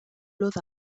luz